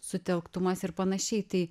sutelktumas ir panašiai tai